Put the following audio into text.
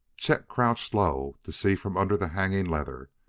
chet crouched low to see from under the hanging leather.